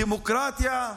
דמוקרטיה,